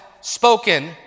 spoken